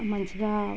మంచిగా